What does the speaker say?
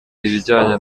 ibijyanye